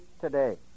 Today